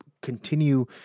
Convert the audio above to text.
continue